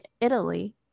italy